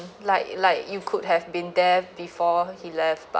like like you could have been there before he left but